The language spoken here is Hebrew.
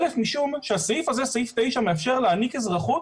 א', משום שהסעיף הזה, סעיף 9 מאפשר להעניק אזרחות